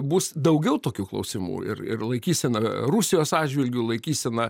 bus daugiau tokių klausimų ir ir laikysena rusijos atžvilgiu laikysena